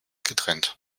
getrennt